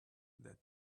that